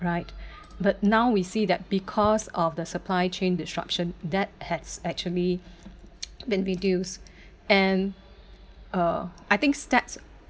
right but now we see that because of the supply chain disruption that has actually been reduce and uh I think starts